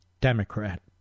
Democrat